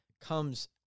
comes